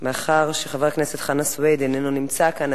מאחר שחבר הכנסת חנא סוייד איננו נמצא כאן,